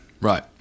Right